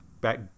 back